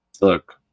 Look